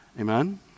Amen